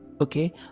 okay